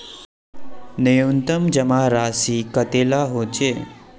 न्यूनतम जमा राशि कतेला होचे?